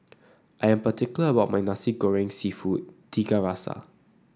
I am particular about my Nasi Goreng seafood Tiga Rasa